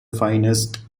finest